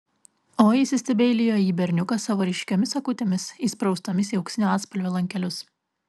oi įsistebeilijo į berniuką savo ryškiomis akutėmis įspraustomis į auksinio atspalvio lankelius